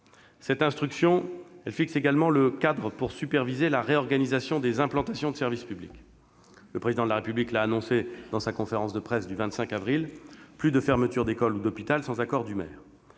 Cette instruction fixe également le cadre pour superviser la réorganisation des implantations des services publics. Le Président de la République l'a annoncé lors de sa conférence de presse du 25 avril : plus de fermeture d'école ou d'hôpital sans accord du maire.